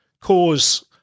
cause